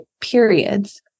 periods